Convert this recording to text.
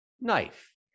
knife